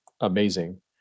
amazing